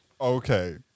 Okay